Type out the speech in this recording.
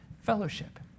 fellowship